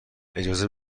اجازه